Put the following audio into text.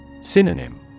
Synonym